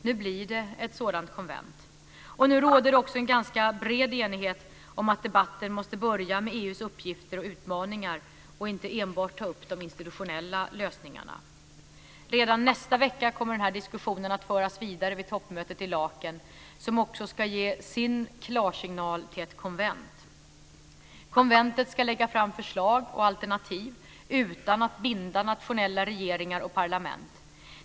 Nu blir det ett sådant konvent. Nu råder det också en ganska bred enighet om att debatten måste börja med EU:s uppgifter och utmaningar och inte enbart ta upp de institutionella lösningarna. Redan nästa vecka kommer den här diskussionen att föras vidare vid toppmötet i Laeken, där det också ska ges en klarsignal till ett konvent. Konventet ska lägga fram förslag och alternativ utan att binda nationella regeringar och parlament.